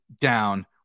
down